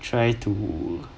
try to